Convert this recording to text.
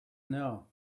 know